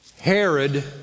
Herod